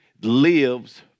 lives